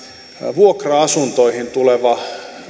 vuokra asuntoihin tuleva